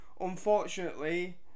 unfortunately